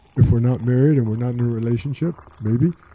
if we're not married and we're not in a relationship maybe.